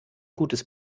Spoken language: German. gutes